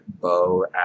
bow